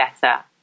better